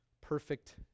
perfect